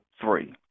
three